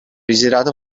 desiderato